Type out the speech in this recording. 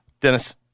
Dennis